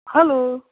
hello